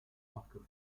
marques